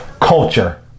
culture